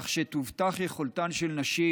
כך שתובטח יכולתן של נשים